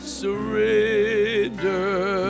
surrender